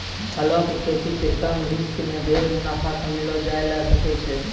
फलों के खेती सॅ कम रिस्क मॅ ढेर मुनाफा कमैलो जाय ल सकै छै